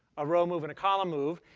a row move and a column move.